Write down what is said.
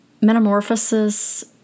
Metamorphosis